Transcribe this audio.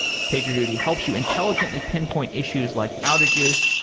pagerduty helps you intelligently pinpoint issues, like outages,